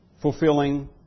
fulfilling